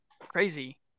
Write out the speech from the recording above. crazy